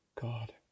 God